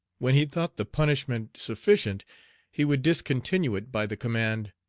when he thought the punishment sufficient he would discontinue it by the command,